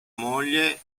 moglie